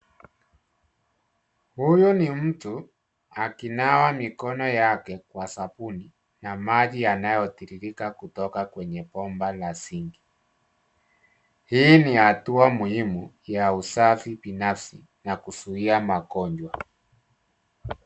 Huyu ni mtu akinawa mikono yake kwa sabuni na maji yanayotiririka kutoka kwenye bomba la sinki. Hii ni hatua muhimu ya usafi binafsi na kuzuia magonjwa.